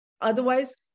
otherwise